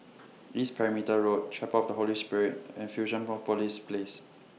East Perimeter Road Chapel of The Holy Spirit and Fusionopolis Place